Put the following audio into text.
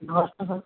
नमस्ते सर